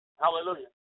Hallelujah